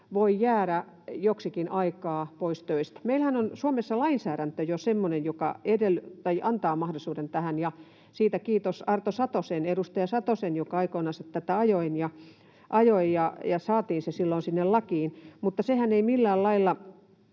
voi jäädä joksikin aikaa pois töistä. Meillä Suomessahan on lainsäädäntö jo semmoinen, joka antaa mahdollisuuden tähän, ja siitä kiitos edustaja Arto Satoselle, joka aikoinansa tätä ajoi, ja saatiin se silloin sinne lakiin. Mutta sehän ei millään lailla